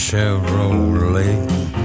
Chevrolet